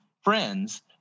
friends